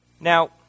Now